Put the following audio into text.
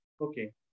okay